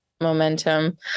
momentum